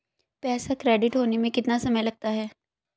पैसा क्रेडिट होने में कितना समय लगता है?